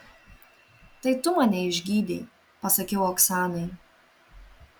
tai tu mane išgydei pasakiau oksanai